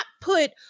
put